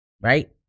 right